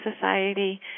Society